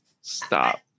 stop